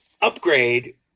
upgrade